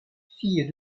fille